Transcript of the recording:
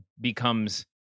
becomes